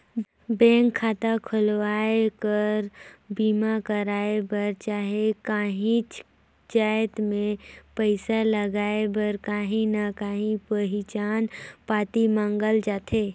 bank खाता खोलवाए बर, बीमा करवाए बर चहे काहींच जाएत में पइसा लगाए बर काहीं ना काहीं पहिचान पाती मांगल जाथे